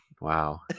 Wow